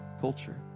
culture